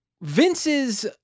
Vince's